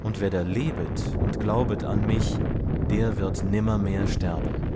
und wer da lebet und glaubet an mich der wird nimmermehr sterben